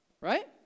Right